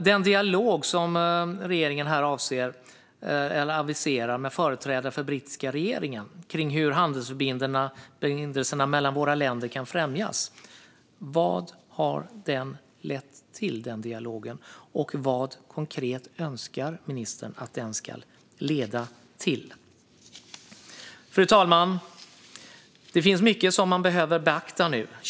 Den dialog som regeringen aviserar med företrädare för den brittiska regeringen om hur handelsförbindelserna mellan våra länder kan främjas, vad har den lett till? Och vad, konkret, önskar ministern att den ska leda till? Fru talman! Det finns mycket som man behöver beakta nu.